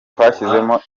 twashyizemo